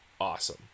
Awesome